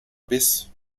bis